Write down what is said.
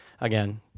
again